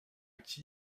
qui